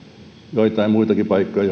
joitain muitakin paikkoja